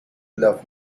love